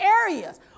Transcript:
areas